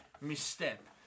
misstep